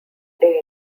day